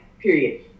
period